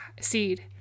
seed